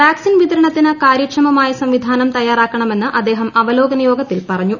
vaccine വിതരണത്തിന് കാര്യക്ഷമമായ സംവിധാനം തയ്യാറാക്ക ണമെന്ന് അദ്ദേഹം അവലോകന യോഗത്തിൽ പറഞ്ഞു